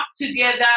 together